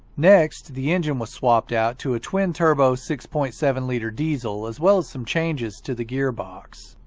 next, the engine was swapped out to a twin-turbo six point seven liter diesel as well as some changes to the gearbox.